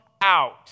out